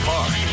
Park